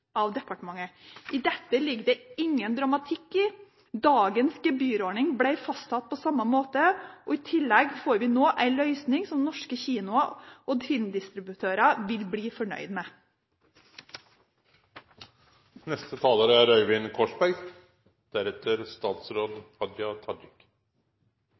I dette ligger det ingen dramatikk. Dagens gebyrordning ble fastsatt på samme måte, og i tillegg får vi nå en løsning som norske kinoer og filmdistributører vil bli fornøyd med. Jeg er